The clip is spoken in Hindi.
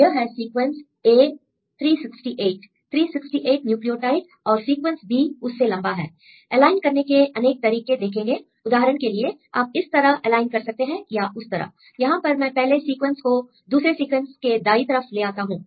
यह है सीक्वेंस a 3 6 8 3 6 8 न्यूक्लियोटाइड और सीक्वेंस b उससे लंबा है एलाइन करने के अनेक तरीके देखेंगे उदाहरण के लिए आप इस तरह एलाइन कर सकते हैं या उस तरह यहां पर मैं पहले सीक्वेंस को दूसरे सीक्वेंस के दाई तरफ ले आता हूं